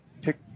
pick